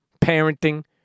parenting